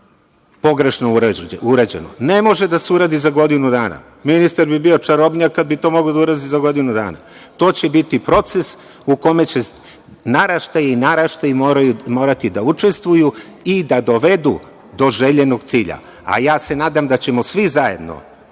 pogrešno urađeno. Ne može da se uradi za godinu dana, ministar bi bio čarobnjak kada bi to mogao da uradi za godinu dana. To će biti proces u kome će naraštaji i naraštaji morati da učestvuju i da dovedu do željenog cilja. Ja se nadam da ćemo svi zajedno,